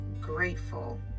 grateful